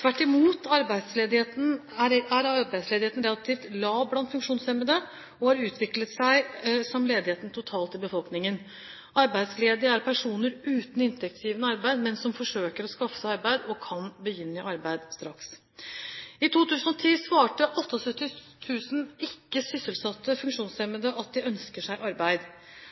Tvert imot er arbeidsledigheten relativt lav blant funksjonshemmede og har utviklet seg som ledigheten totalt i befolkningen. Arbeidsledige er personer uten inntektsgivende arbeid, men som forsøker å skaffe seg arbeid og kan begynne i arbeid straks. I 2010 svarte 78 000 ikke-sysselsatte funksjonshemmede at de ønsker seg arbeid.